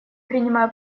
принимаю